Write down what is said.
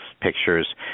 pictures